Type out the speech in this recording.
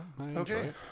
Okay